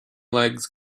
legs